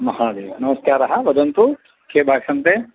महोदय नमस्कारः वदन्तु के भाषन्ते